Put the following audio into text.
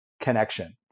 connection